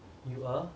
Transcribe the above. you are